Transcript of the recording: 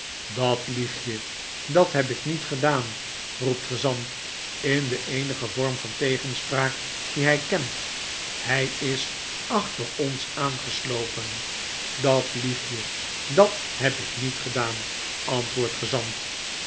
dat lieg je dat heb ik n i e t gedaan i roept gezant in den eenigen vorm van tegenspraak dien hy kent hy is achter ons aan geslopen dat lieg je dat heb ik niet gedaan antwoordde gezant